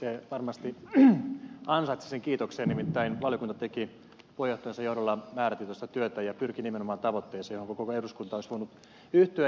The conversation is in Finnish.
se varmasti ansaitsi sen kiitoksen nimittäin valiokunta teki puheenjohtajansa johdolla määrätietoista työtä ja pyrki nimenomaan tavoitteeseen johon koko eduskunta olisi voinut yhtyä